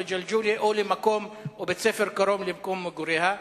לג'לג'וליה או לבית-ספר קרוב למקום מגוריה.